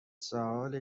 ساله